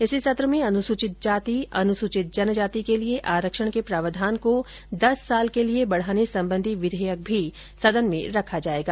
इसी सत्र में अनुसूचित जाति अनुसूचित जनजाति के लिए आरक्षण के प्रावधान को दस सालों के लिए बढाने संबंधी विधेयक भी सदन में रखा जायेगा